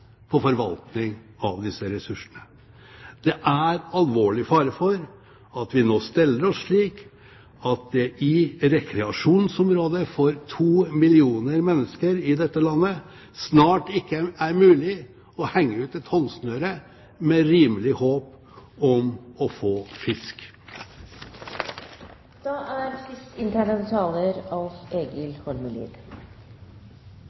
på forvaltning av disse ressursene. Det er alvorlig fare for at vi nå steller oss slik at det i rekreasjonsområdet for 2 millioner mennesker i dette landet snart ikke er mulig å henge ut et håndsnøre med rimelig håp om å få